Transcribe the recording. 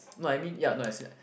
no I mean ya as in like